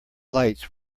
lights